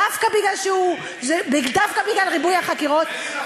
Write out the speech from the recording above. דווקא בגלל ריבוי החקירות,